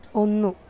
ഒന്നു